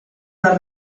les